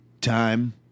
time